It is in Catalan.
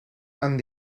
amb